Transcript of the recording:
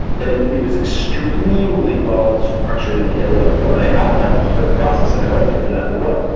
and it was extremely well structured and analytical, and i outline the whole process that i went through for that in the book,